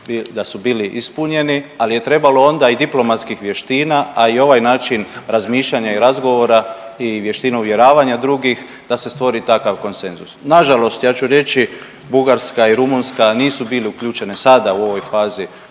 da su bili ispunjeni, ali je trebalo onda i diplomatskih vještina, a i ovaj način razmišljanja i razgovora i vještina uvjeravanja drugih da se stvori takav konsenzus. Nažalost ja ću reći Bugarska i Rumunjska nisu bili uključene sada u ovoj fazi